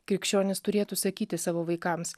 krikščionis turėtų sakyti savo vaikams